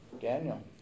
Daniel